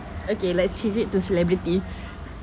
okay let's change it to celebrity